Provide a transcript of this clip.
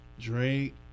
Drake